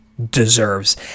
deserves